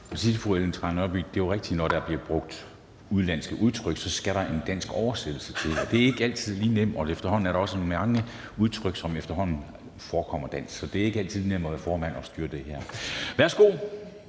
det jo er rigtigt, at der, når der bliver brugt udenlandske udtrykt, skal en dansk oversættelse til. Det er ikke altid lige nemt, og der er også mange udtryk, som efterhånden forekommer danske. Så det er ikke altid nemt at være formand og styre det her. Værsgo